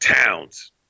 towns